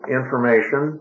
information